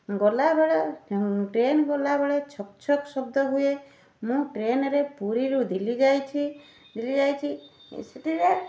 ଗଲାବେଳେ ଟ୍ରେନ୍ ଗଲାବେଳେ ଛକ ଛକ ଶବ୍ଦ ହୁଏ ମୁଁ ଟ୍ରେନ୍ରେ ପୁରୀରୁ ଦିଲ୍ଲୀ ଯାଇଛି ଦିଲ୍ଲୀ ଯାଇଛି ଏଁ ସେଥିରେ